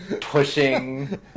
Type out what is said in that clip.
pushing